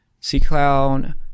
C-Clown